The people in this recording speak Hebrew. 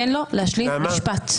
תן לו להשלים משפט.